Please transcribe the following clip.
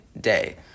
day